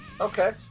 Okay